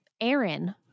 Aaron